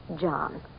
John